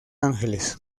ángeles